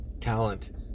talent